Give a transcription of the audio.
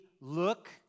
look